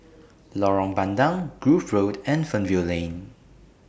Lorong Bandang Grove Road and Fernvale Lane